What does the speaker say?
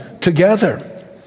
together